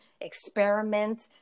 experiment